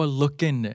looking